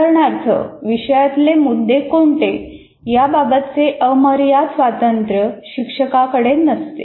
उदाहरणार्थ विषयातले मुद्दे कोणते याबाबतचे अमर्याद स्वातंत्र्य शिक्षकाकडे नसते